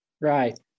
Right